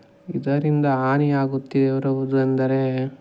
ಇದರಿಂದ ಹಾನಿ ಆಗುತ್ತಿರುವುದು ಅಂದರೆ